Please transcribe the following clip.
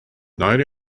night